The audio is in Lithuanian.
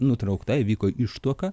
nutraukta įvyko ištuoka